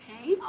Okay